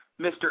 Mr